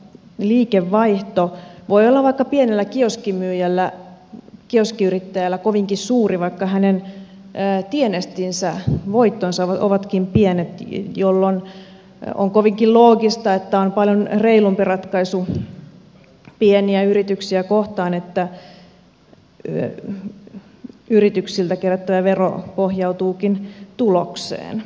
liikevaihto voi olla vaikka pienellä kioskiyrittäjällä kovinkin suuri vaikka hänen tienestinsä voittonsa ovatkin pienet jolloin on kovinkin loogista että on paljon reilumpi ratkaisu pieniä yrityksiä kohtaan että yrityksiltä kerättävä vero pohjautuukin tulokseen